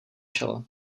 čelo